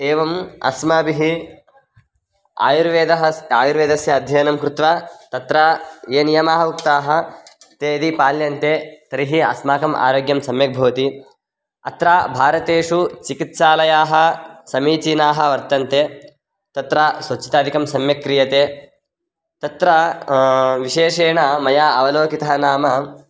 एवम् अस्माभिः आयुर्वेदः आयुर्वेदस्य अध्ययनङ्कृत्वा तत्र ये नियमाः उक्ताः ते यदि पाल्यन्ते तर्हि अस्माकम् आरोग्यं सम्यक् भवति अत्र भारतेषु चिकित्सालयाः समीचीनाः वर्तन्ते तत्र स्वच्छतादिकं सम्यक् क्रियते तत्र विशेषेण मया अवलोकितः नाम